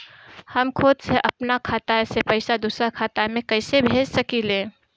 हम खुद से अपना खाता से पइसा दूसरा खाता में कइसे भेज सकी ले?